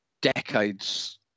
decades